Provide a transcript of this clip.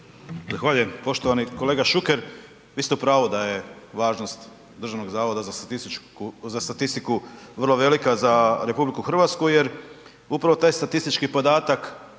Zahvaljujem. Poštovani kolega Šuker vi ste u pravu da je važnost Državnog zavoda za statistiku vrlo velika za RH jer upravo taj statistički podatak